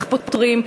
איך פותרים,